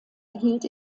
erhielt